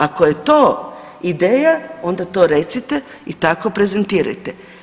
Ako je to ideja onda to recite i tako prezentirajte.